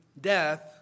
death